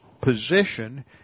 position